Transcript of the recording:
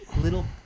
little